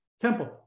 temple